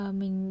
mình